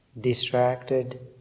distracted